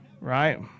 right